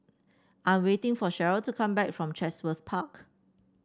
I'm waiting for Cheryle to come back from Chatsworth Park